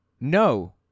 No